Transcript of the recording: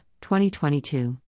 2022